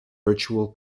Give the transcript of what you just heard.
virtual